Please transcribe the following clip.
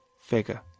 figure